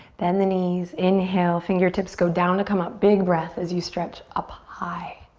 bend the knees, inhale, fingertips go down to come up. big breath as you stretch up high.